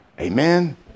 Amen